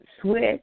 Switch